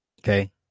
Okay